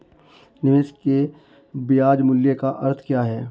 निवेश के ब्याज मूल्य का अर्थ क्या है?